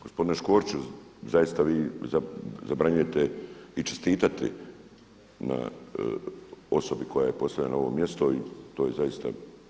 Gospodine Škoriću, zaista vi zabranjujete i čestitati na, osobi koja je postavljena na ovo mjesto i to je zaista.